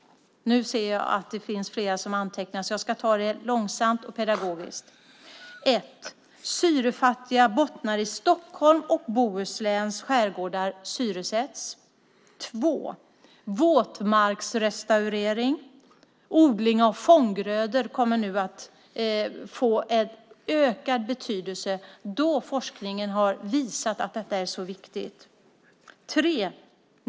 Nu ser jag att det finns flera som antecknar, och jag ska därför ta det långsamt och pedagogiskt. 1. Syrefattiga bottnar i Stockholms och Bohusläns skärgårdar syresätts. 2. Våtmarksrestaurering. Odling av fånggrödor kommer att få ökad betydelse eftersom forskningen har visat att detta är så viktigt. 3.